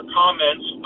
comments